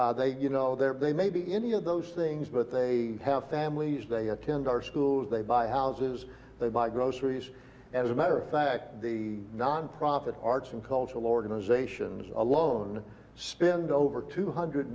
they you know they're they may be any of those things but they we have families they attend our schools they buy houses they buy groceries as a matter of fact the nonprofit arts and cultural organizations alone spend over two hundred